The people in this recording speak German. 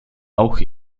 auch